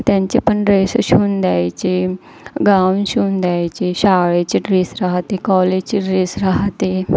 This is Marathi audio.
त्यांचे पण ड्रेस शिवून द्यायचे गाऊन शिवून द्यायचे शाळेचे ड्रेस रहाते कॉलेजचे ड्रेस रहाते